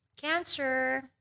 Cancer